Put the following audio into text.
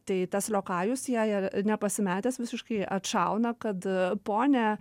tai tas liokajus jai jai nepasimetęs visiškai atšauna kad ponia